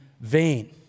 vain